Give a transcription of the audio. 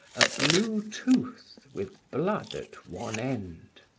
a blue tooth with blood at one end.